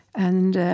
and,